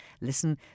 listen